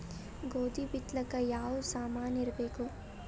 ಗೋಧಿ ಬಿತ್ತಲಾಕ ಯಾವ ಸಾಮಾನಿರಬೇಕು?